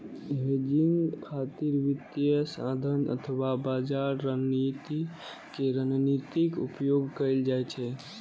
hedging खातिर वित्तीय साधन अथवा बाजार रणनीति के रणनीतिक उपयोग कैल जाइ छै